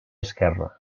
esquerra